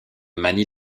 manie